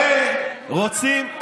הרי רוצים,